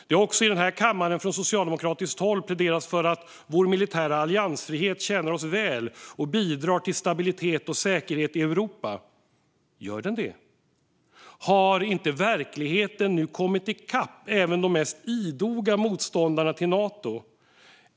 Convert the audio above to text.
Det har också i den här kammaren från socialdemokratiskt håll pläderats för att vår militära alliansfrihet tjänar oss väl och bidrar till stabilitet och säkerhet i Europa. Gör den det? Har inte verkligheten nu kommit i kapp även de mest idoga motståndarna till Nato?